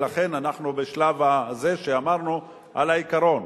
ולכן אנחנו בשלב הזה דיברנו על העיקרון.